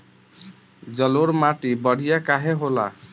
जलोड़ माटी बढ़िया काहे होला?